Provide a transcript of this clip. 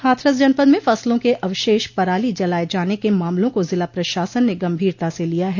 हाथरस जनपद में फसलों के अवशेष पराली जलाये जाने के मामलों को जिला प्रशासन ने गंभीरता से लिया है